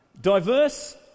Diverse